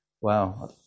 wow